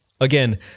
Again